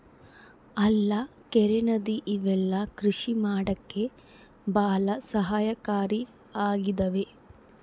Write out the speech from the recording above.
ಹಳ್ಳ ಕೆರೆ ನದಿ ಇವೆಲ್ಲ ಕೃಷಿ ಮಾಡಕ್ಕೆ ಭಾಳ ಸಹಾಯಕಾರಿ ಆಗಿದವೆ